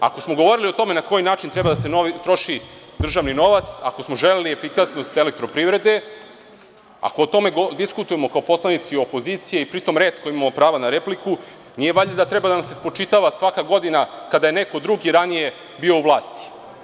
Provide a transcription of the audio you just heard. Ako smo govorili o tome na koji način treba da se troši državni novac, ako smo želeli efikasnost Elektroprivrede, ako o tome diskutujemo kao poslanici opozicije i pritom retko imamo prava na repliku, nije valjda da treba da nam se spočitava svaka godina kada je neko drugi ranije bio u vlasti?